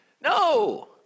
No